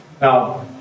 Now